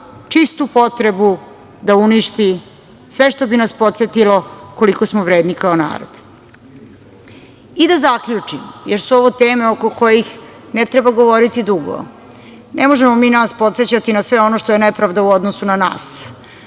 čistu potrebu da uništi sve što bi nas podsetilo koliko smo vredni kao narod. Da zaključim, jer su ovo teme oko kojih ne treba govoriti dugo. Ne možemo mi nas podsećati na sve ono što je nepravda u odnosu na nas,